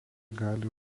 gali